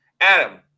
Adam